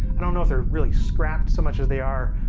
i don't know if they're really scrapped so much as they are